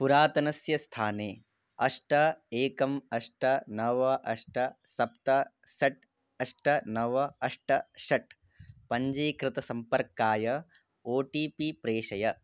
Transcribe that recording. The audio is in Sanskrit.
पुरातनस्य स्थाने अष्ट एकम् अष्ट नव अष्ट सप्त षट् अष्ट नव अष्ट षट् पञ्चीकृतसम्पर्काय ओ टी पी प्रेषय